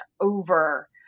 over